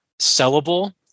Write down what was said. sellable